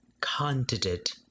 candidate